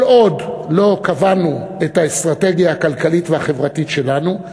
כל עוד לא קבענו את האסטרטגיה הכלכלית והחברתית שלנו,